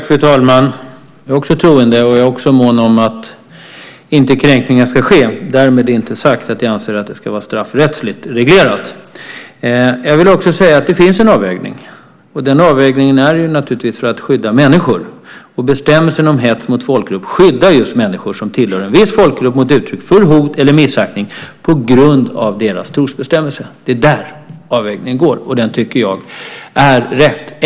Fru talman! Jag är också troende, och jag är också mån om att kränkningar inte ska ske. Därmed inte sagt att jag anser att det ska vara straffrättsligt reglerat. Det finns en avvägning. Den avvägningen är gjord för att skydda människor. Bestämmelsen om hets mot folkgrupp skyddar just människor som tillhör en viss folkgrupp mot uttryck för hot eller missaktning på grund av deras trosbestämmelse. Det är den avvägningen som görs, och den tycker jag är rätt.